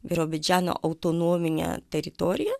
birobidžano autonominė teritorija